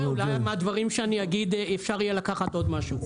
אולי מהדברים שאני אגיד אפשר יהיה לקחת עוד משהו.